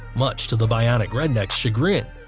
much to the bionic redneck's chagrin.